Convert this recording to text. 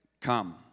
come